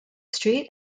street